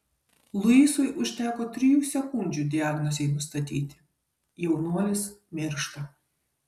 luisui užteko trijų sekundžių diagnozei nustatyti jaunuolis miršta